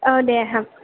अ दे होम